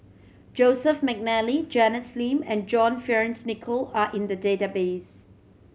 Joseph McNally Janet Lim and John Fearns Nicoll are in the database